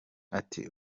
ati